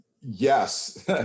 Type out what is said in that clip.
Yes